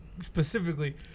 Specifically